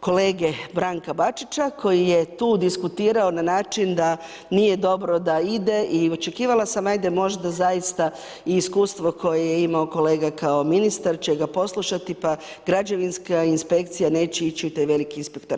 kolege Branka Bačića koji je tu diskutirao na način da nije dobro da ide i očekivala sam ajde možda zaista i iskustvo koje je imao kolega kao ministar će ga poslušati pa građevinska inspekcija neće ići u taj veliki inspektorat.